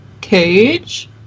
Cage